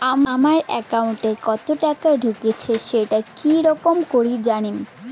আমার একাউন্টে কতো টাকা ঢুকেছে সেটা কি রকম করি জানিম?